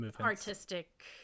artistic